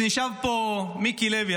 ישב פה מיקי לוי,